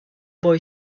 boy